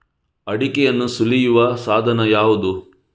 ಅಡಿಕೆಯನ್ನು ಸುಲಿಯುವ ಸಾಧನ ಯಾವುದು?